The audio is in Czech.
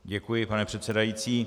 Děkuji, pane předsedající.